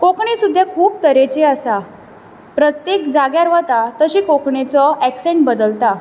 कोंकणी सुद्दा खुब तरेची आसा प्रत्येक जाग्यार वता तशी कोंकणीचो ऐक्सेन्ट बदलता